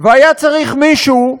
והיה צריך מישהו,